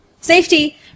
Safety